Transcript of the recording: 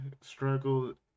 struggled